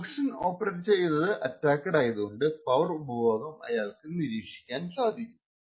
ഫങ്ക്ഷന് operate ചെയ്യുന്നത് attacker ആയതുകൊണ്ട് power ഉപഭോഗം അയാൾക്ക് നിരീക്ഷിക്കാൻ കഴിയും